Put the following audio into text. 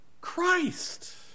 Christ